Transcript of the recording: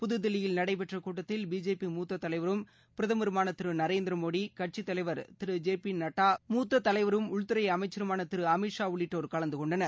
புதுதில்லியில் நடைபெற்ற கூட்டத்தில் பிஜேபி மூத்த தலைவரும் பிரதமருமான திரு நரேந்திர மோடி கட்சித் தலைவர் திரு ஜே பி நட்டா மூத்த தலைவரும் உள்துறை அமைச்சருமான திரு அமித் ஷா உள்ளிட்டோர் கலந்து கொண்டனர்